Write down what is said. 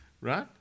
Right